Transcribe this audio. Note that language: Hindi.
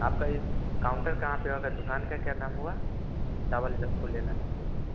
आपका यह काउन्टर कहाँ पर और दुकान का क्या नाम हुआ चावल जो हमको लेना है तो